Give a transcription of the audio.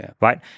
Right